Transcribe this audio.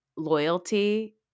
loyalty